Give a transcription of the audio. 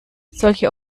solche